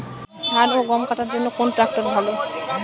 ধান ও গম কাটার জন্য কোন ট্র্যাক্টর ভালো?